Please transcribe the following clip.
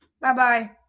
Bye-bye